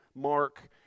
Mark